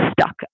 stuck